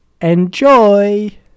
enjoy